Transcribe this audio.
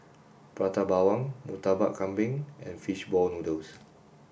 Prata Bawang Murtabak Kambing and fish ball noodles